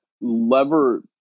lever